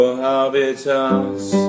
habitats